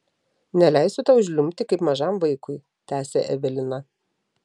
neleisiu tau žliumbti kaip mažam vaikui tęsė evelina